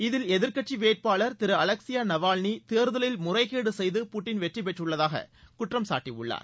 இதில் எதிர்க்கட்சி வேட்பாளர் திரு அலெக்சியா நவால்னி தேர்தலில் முறைகேடு செய்து புட்டின் வெற்றிபெற்றுள்ளதாக குற்றம்சாடடியய்ளார்